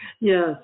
Yes